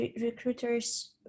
recruiters